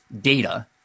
data